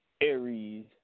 Aries